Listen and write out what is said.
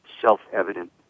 self-evident